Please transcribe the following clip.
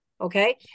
okay